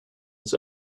its